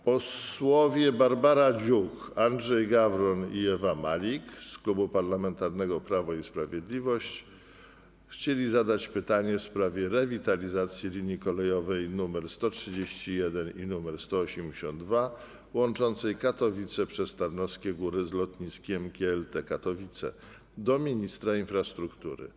Posłowie Barbara Dziuk, Andrzej Gawron i Ewa Malik z Klubu Parlamentarnego Prawo i Sprawiedliwość chcą zadać pytanie w sprawie rewitalizacji linii kolejowej nr 131 i nr 182 łączącej Katowice przez Tarnowskie Góry z lotniskiem GTL Katowice - do ministra infrastruktury.